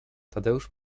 tadeusz